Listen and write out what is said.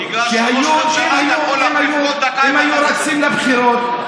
אם היו רצים לבחירות,